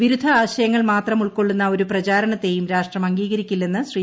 വിരുദ്ധ ആശയങ്ങൾ മാത്രം ഉൾക്കൊള്ളുന്ന ഒരു പ്രചാരണത്തെയും രാഷ്ട്രം അംഗീകരിക്കില്ലെന്ന് ശ്രീ